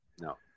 No